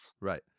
right